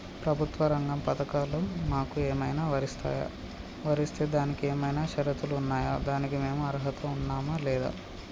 ప్రభుత్వ రంగ పథకాలు మాకు ఏమైనా వర్తిస్తాయా? వర్తిస్తే దానికి ఏమైనా షరతులు ఉన్నాయా? దానికి మేము అర్హత ఉన్నామా లేదా?